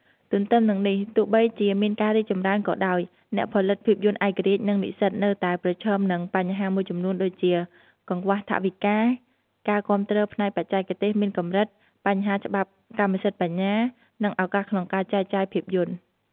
ទទ្ទឹមនឹងនេះ ទោះបីជាមានការរីកចម្រើនក៏ដោយ អ្នកផលិតភាពយន្តឯករាជ្យ និងនិស្សិតនៅតែប្រឈមនឹងបញ្ហាមួយចំនួនដូចជា កង្វះថវិកា ការគាំទ្រផ្នែកបច្ចេកទេសមានកម្រិត បញ្ហាច្បាប់កម្មសិទ្ធិបញ្ញា និងឱកាសក្នុងការចែកចាយភាពយន្ត។